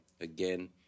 again